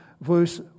verse